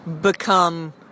become